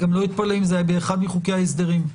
לא אתפלא אם זה היה באחד מחוקי ההסדרים.